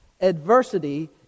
adversity